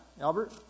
Albert